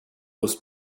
was